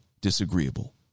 disagreeable